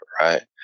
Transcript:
right